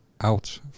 out